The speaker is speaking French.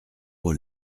aux